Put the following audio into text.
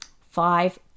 five